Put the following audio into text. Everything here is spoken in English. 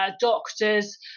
doctors